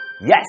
Yes